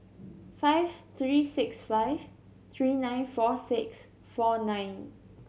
five three six five three nine four six four nine